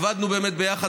עבדנו באמת ביחד.